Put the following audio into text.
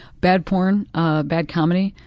bad porn, ah bad comedy,